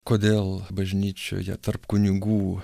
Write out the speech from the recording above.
kodėl bažnyčioje tarp kunigų